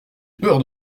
peur